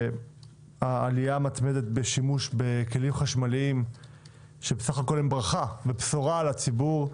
העלייה המתמדת בשימוש בכלים חשמליים שבסך הכול הם ברכה ובשורה לציבור,